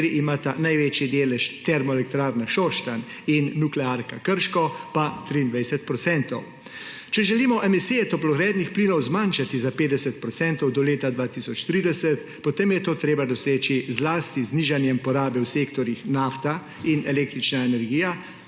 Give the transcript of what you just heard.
imata največji delež Termoelektrarna Šoštanj in nuklearka Krško, pa 23 procentov. Če želimo emisije toplogrednih plinov zmanjšati za 50 procentov do leta 2030, potem je to treba doseči zlasti z nižanjem porabe v sektorjih nafta in električna energija,